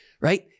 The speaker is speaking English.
right